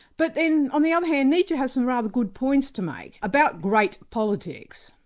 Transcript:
but then, on the other hand, nietzsche has some rather good points to make about great politics.